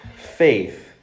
faith